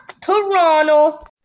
Toronto